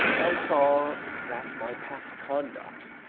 i saw that my past conduct,